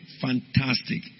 fantastic